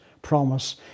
Promise